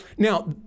Now